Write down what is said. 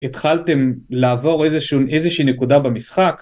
התחלתם לעבור איזושהי נקודה במשחק.